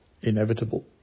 inevitable